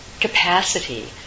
capacity